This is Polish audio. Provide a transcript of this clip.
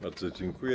Bardzo dziękuję.